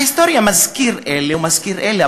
ההיסטוריה מזכירה את אלה ומזכירה את אלה,